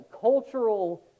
cultural